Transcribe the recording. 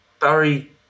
Barry